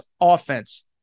offense